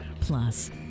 Plus